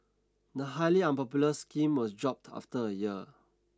the highly unpopular scheme was dropped after a year